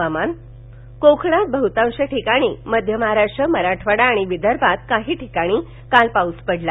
हवामान कोकणात बहतांश ठिकाणी मध्य महाराष्ट्र मराठवाडा आणि विदर्भात काही ठिकाणी काल पाऊस पडला